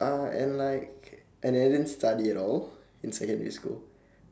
uh and like and I didn't study at all in secondary school